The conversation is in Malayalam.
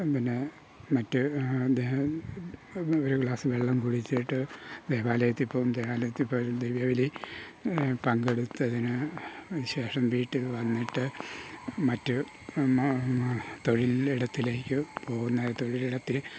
പിന്നെ മറ്റേ ഇത് ഒരു ഗ്ലാസ് വെള്ളം കുടിച്ചിട്ട് ദേവാലയത്തിൽ പോകും ദേവാലയത്തിൽ പോയി ദിവ്യബലി പങ്കെടുത്തതിന് ശേഷം വീട്ടിൽ വന്നിട്ട് മറ്റ് തൊഴിലിടത്തിലേക്ക് പോകുന്ന തൊഴിലിടത്തിൽ